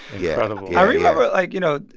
yeah i remember, like, you know,